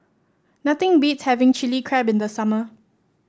nothing beats having Chilli Crab in the summer